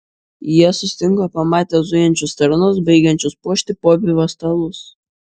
jie sustingo pamatę zujančius tarnus baigiančius puošti pobūvio stalus